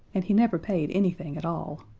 and he never paid anything at all.